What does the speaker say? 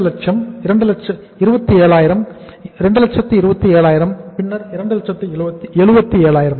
200000 27000 227000 பின்னர் 277000